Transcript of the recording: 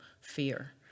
fear